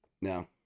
No